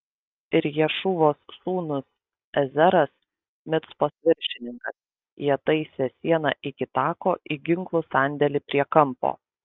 ir ješūvos sūnus ezeras micpos viršininkas jie taisė sieną iki tako į ginklų sandėlį prie kampo